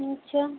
अच्छा